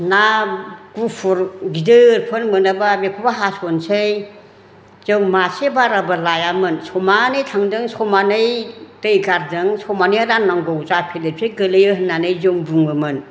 ना गुफुर गिदिरफोर मोनोबा बेखौबो हास'नोसै जों मासे बाराबो लायामोन समानै थांदों समानै दै गारदों समानै राननांगौ जा फेरलेबसे गोलैयो होननानै जों बुङोमोन